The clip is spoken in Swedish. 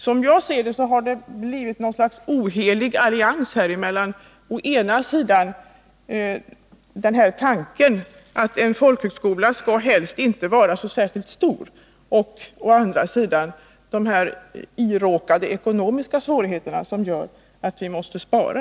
Som jag ser det har det blivit en ohelig allians mellan å ena sidan tanken att en folkhögskola helst inte skall vara så särskilt stor och å andra sidan de iråkade ekonomiska svårigheter som gör att vi måste spara.